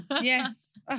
Yes